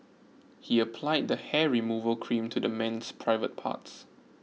he applied the hair removal cream to the man's private parts